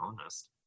honest